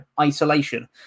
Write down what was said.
isolation